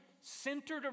centered